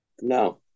No